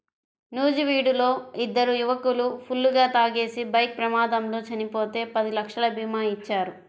నూజివీడులో ఇద్దరు యువకులు ఫుల్లుగా తాగేసి బైక్ ప్రమాదంలో చనిపోతే పది లక్షల భీమా ఇచ్చారు